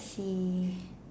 see